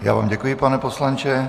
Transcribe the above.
Já vám děkuji, pane poslanče.